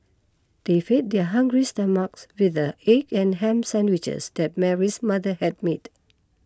they fed their hungry stomachs with the egg and ham sandwiches that Mary's mother had made